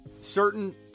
certain